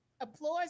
applause